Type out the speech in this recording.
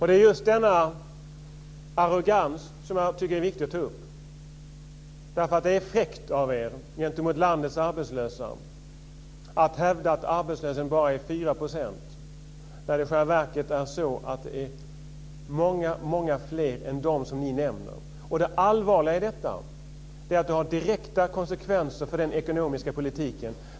Det är just denna arrogans som jag tycker är viktig att ta upp, därför att det är fräckt av er gentemot landets arbetslösa att hävda att arbetslösheten bara är 4 % när det i själva verket är många, många fler än de som ni nämner. Det allvarliga i detta är att det har direkta konsekvenser för den ekonomiska politiken.